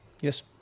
Yes